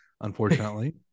unfortunately